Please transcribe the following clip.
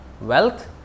wealth